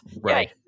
Right